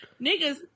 Niggas